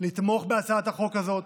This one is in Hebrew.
לתמוך בהצעת החוק הזאת.